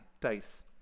dice